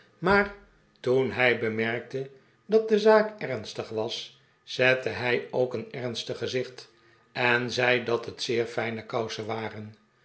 maar toen hij bemerkte dat de zaak ernstig was zette hij ook een ernstig gezicht en zei dat het zeer fijne kousen waren